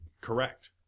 correct